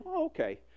Okay